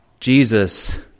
Jesus